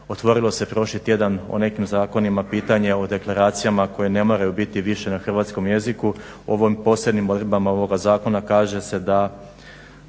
Otvorilo se prošli tjedan o nekim zakonima pitanje o deklaracijama koje ne moraju biti više na hrvatskom jeziku, ovim posljednjim odredbama ovoga zakona kaže se da,